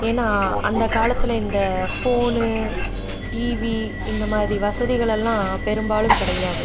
ஏன்னால் அந்த காலத்தில் இந்த ஃபோனு டிவி இந்த மாதிரி வசதிகளெல்லாம் பெரும்பாலும் கிடையாது